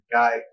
guy